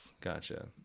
Gotcha